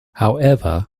however